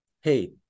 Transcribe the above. hey